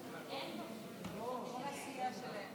קודם כול אני מצטרף לדברים של החברים שלי לסיעה,